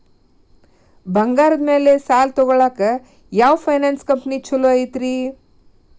ಬಂಗಾರದ ಮ್ಯಾಲೆ ಸಾಲ ತಗೊಳಾಕ ಯಾವ್ ಫೈನಾನ್ಸ್ ಕಂಪನಿ ಛೊಲೊ ಐತ್ರಿ?